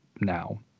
now